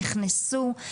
נכנסו.